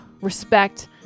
respect